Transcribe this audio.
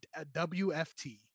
wft